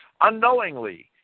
Unknowingly